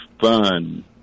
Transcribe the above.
fun